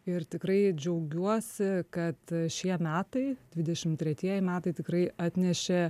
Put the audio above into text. ir tikrai džiaugiuosi kad šie metai dvidešim tretieji metai tikrai atnešė